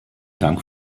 dank